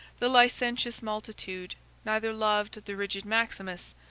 the licentious multitude neither loved the rigid maximus,